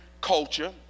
culture